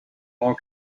more